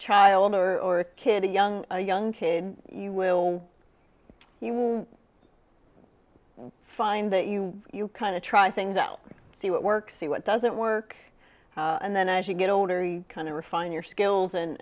child or or a kid a young a young kid you will you will find that you you kind of try things out see what works and what doesn't work and then as you get older you kind of refine your skills